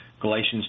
Galatians